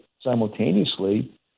simultaneously